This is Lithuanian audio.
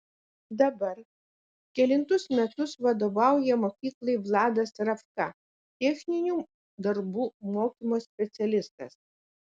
dabar kelintus metus vadovauja mokyklai vladas ravka techninių darbų mokymo specialistas